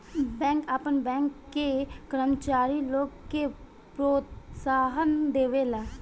bank आपन bank के कर्मचारी लोग के प्रोत्साहन देवेला